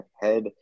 head